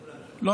אז לכולם יש